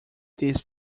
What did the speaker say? this